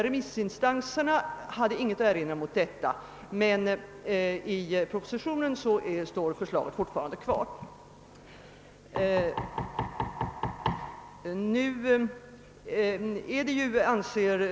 Remissinstanserna hade ingenting att erinra mot detta, men i propositionen står förslaget fortfarande kvar.